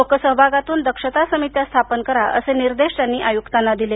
लोकसहभागातून दक्षता समित्या स्थापन करा असे निर्देश त्यांनी आयुक्तांना दिले